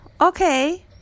Okay